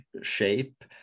shape